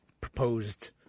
proposed